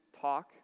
talk